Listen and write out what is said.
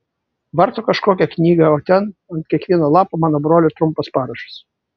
varto kažkokią knygą o ten ant kiekvieno lapo mano brolio trumpas parašas